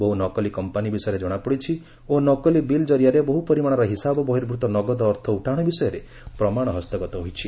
ବହୁ ନକଲି କମ୍ପାନି ବିଷୟରେ ଜଣାପଡ଼ିଛି ଓ ନକଲି ବିଲ୍ ଜରିଆରେ ବହୁ ପରିମାଣର ହିସାବ ବହିର୍ଭୁତ ନଗଦ ଅର୍ଥ ଉଠାଣ ବିଷୟରେ ପ୍ରମାଣ ହସ୍ତଗତ ହୋଇଛି